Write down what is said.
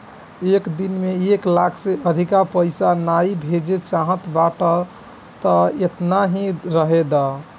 एक दिन में एक लाख से अधिका पईसा नाइ भेजे चाहत बाटअ तअ एतना ही रहे दअ